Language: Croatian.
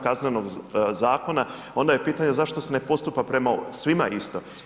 Kaznenog zakona, onda je pitanje zašto se ne postupak prema svima isto?